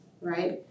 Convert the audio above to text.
right